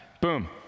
boom